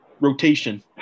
rotation